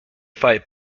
fight